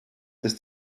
ist